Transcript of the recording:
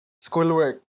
schoolwork